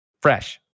Fresh